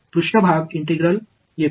பின்னர் surface integrals வருகிறது